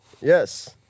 Yes